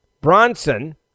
Bronson